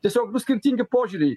tiesiog bus skirtingi požiūriai